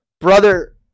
brother